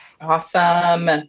Awesome